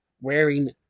wearing